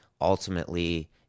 ultimately